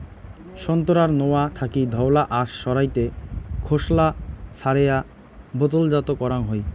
সোন্তোরার নোয়া থাকি ধওলা আশ সারাইতে খোসলা ছারেয়া বোতলজাত করাং হই